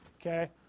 okay